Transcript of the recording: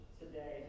today